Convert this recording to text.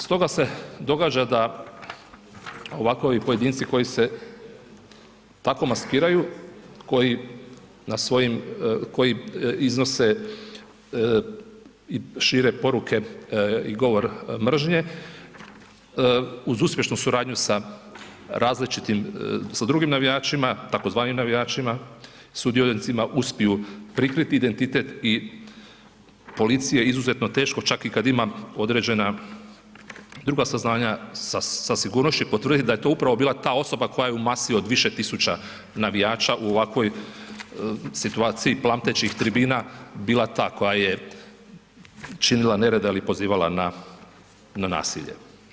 Stoga se događa da ovako pojedinci koji se tako maskiraju koji na svojim, koji iznose i šire poruke i govor mržnje uz uspješnu suradnju sa različitim sa drugim navijačima tzv. navijačima sudionicima uspiju prikriti identitet i policije izuzetno je teško čak i kada ima određena druga saznanja sa sigurnošću i potvrditi da je to upravo bila ta osoba koja je u masi od više tisuća navijača u ovakvoj situaciji plamtećih tribina bila ta koja je činila nered ili pozivala na nasilje.